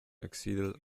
exceeded